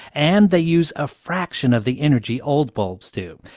and they use a fraction of the energy old bulbs do.